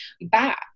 back